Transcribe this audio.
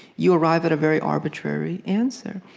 you arrive at a very arbitrary answer,